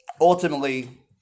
Ultimately